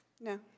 No